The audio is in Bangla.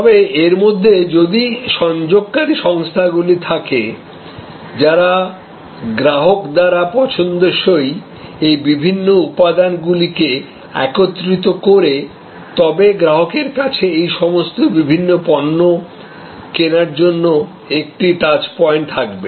তবে এর মধ্যে যদি সংযোগকারী সংস্থাগুলি থাকে যারা গ্রাহক দ্বারা পছন্দসই এই বিভিন্ন উপাদানগুলিকে একত্রিত করে তবে গ্রাহকের কাছে এই সমস্ত বিভিন্ন পণ্য কেনার জন্য একটিই টাচ পয়েন্ট থাকবে